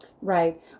Right